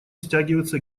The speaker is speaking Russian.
стягиваются